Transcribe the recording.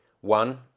One